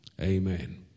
Amen